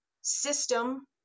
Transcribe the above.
system